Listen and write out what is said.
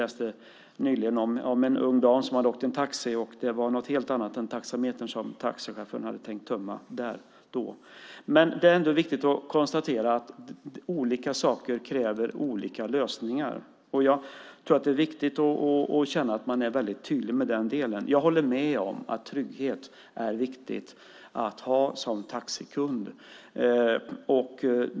Jag läste nyligen om en ung dam som åkt i en taxi där chauffören tänkt tömma något helt annat än taxametern. Det är viktigt att konstatera att olika saker kräver olika lösningar. Det är viktigt att vara tydlig med det. Jag håller med om att det är viktigt med trygghet för taxikunder.